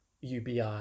UBI